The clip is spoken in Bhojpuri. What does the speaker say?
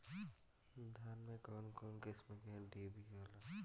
धान में कउन कउन किस्म के डिभी होला?